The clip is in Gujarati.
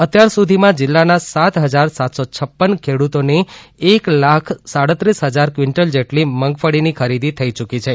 અત્યાર સુધીમાં જિલ્લાના સાત હજાર સાતસો છપ્પાન ખેડૂતોની એક લાખ સાડત્રીસ ફજાર ક્વીન્ટલ જેટલી મગફળીની ખરીદી થઇ યૂકી છે